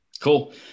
Cool